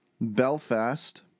Belfast